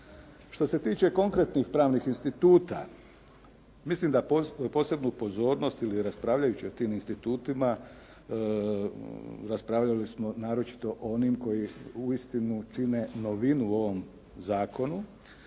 Što se tiče konkretnih pravnih instituta, mislim da posebnu pozornost ili raspravljajući o tim institutima, raspravljali smo naročito o onim koji uistinu čine novinu u ovom zakonu,